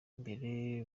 mbere